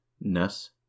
Ness